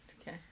okay